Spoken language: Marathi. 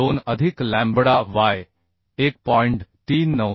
2 अधिक लॅम्बडा y 1